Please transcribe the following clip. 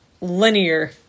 linear